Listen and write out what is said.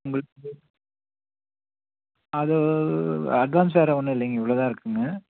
அது அட்வான்ஸ் வேறு ஒன்றும் இல்லைங்க இவ்வளோதான் இருக்குங்க